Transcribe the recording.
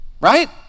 right